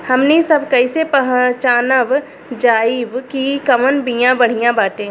हमनी सभ कईसे पहचानब जाइब की कवन बिया बढ़ियां बाटे?